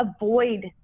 avoid